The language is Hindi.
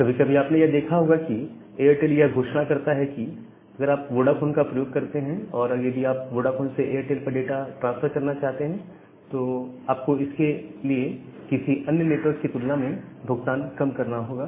कभी कभी आपने यह देखा होगा कि एयरटेल यह घोषणा करता है कि अगर आप वोडाफोन का प्रयोग करते हैं और यदि आप वोडाफोन से एयरटेल पर डाटा ट्रांसफर करना चाहते हैं तो आपको इसके लिए किसी अन्य नेटवर्क की तुलना में भुगतान कम करना होगा